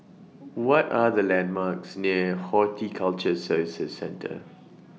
What Are The landmarks near Horticulture Services Centre